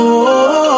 -oh